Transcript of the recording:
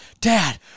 Dad